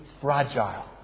fragile